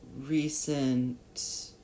recent